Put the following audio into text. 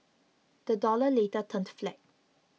the dollar later turned flat